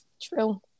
true